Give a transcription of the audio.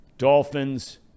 Dolphins